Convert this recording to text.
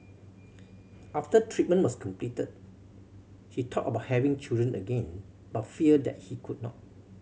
after treatment was completed he thought about having children again but feared that he could not